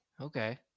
Okay